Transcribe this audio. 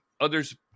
others